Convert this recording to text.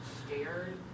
scared